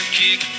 kick